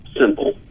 simple